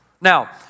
Now